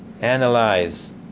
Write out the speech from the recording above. analyze